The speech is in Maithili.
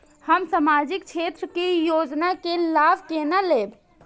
हम सामाजिक क्षेत्र के योजना के लाभ केना लेब?